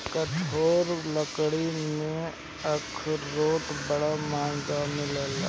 कठोर लकड़ी में अखरोट बड़ी महँग मिलेला